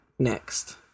next